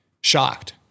shocked